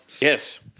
Yes